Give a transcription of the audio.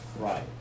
Right